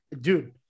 Dude